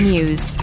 News